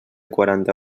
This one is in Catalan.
quaranta